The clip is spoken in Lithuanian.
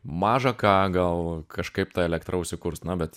maža ką gal kažkaip ta elektra užsikurs na bet